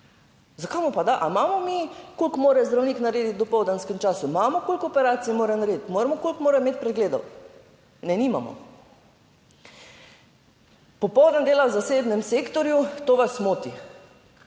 zakaj mu pa da? Ali imamo mi, koliko mora zdravnik narediti v dopoldanskem času, imamo koliko operacij mora narediti, moramo koliko mora imeti pregledov? Ne, nimamo. Popoldan dela v zasebnem sektorju, to vas moti,